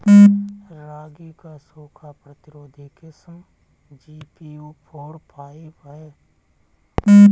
रागी क सूखा प्रतिरोधी किस्म जी.पी.यू फोर फाइव ह?